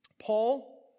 Paul